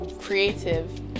creative